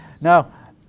Now